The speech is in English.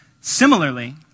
Similarly